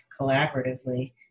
collaboratively